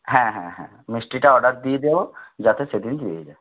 হ্যাঁ হ্যাঁ হ্যাঁ মিষ্টিটা অর্ডার দিয়ে দেব যাতে সেদিন দিয়ে যায়